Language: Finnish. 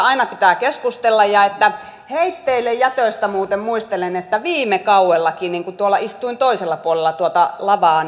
aina pitää keskustella heitteillejätöstä muuten muistelen että saattoi olla että viime kaudellakin kun istuin toisella puolella tuota lavaa